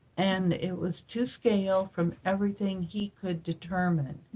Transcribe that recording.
and it was to scale from everything he could determine.